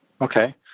Okay